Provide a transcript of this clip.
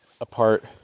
apart